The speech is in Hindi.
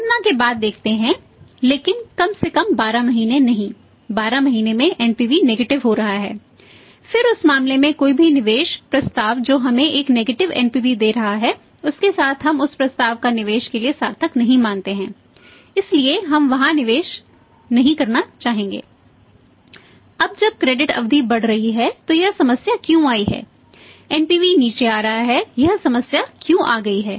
गणना के बाद देखते हैं लेकिन कम से कम 12 महीने नहीं 12 महीने में एनपीवी अवधि बढ़ रही है तो यह समस्या क्यों आई है